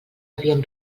havien